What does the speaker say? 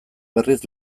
berriz